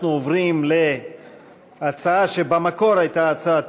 אנחנו עוברים להצעה שבמקור הייתה הצעת